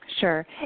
Sure